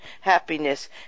happiness